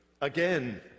Again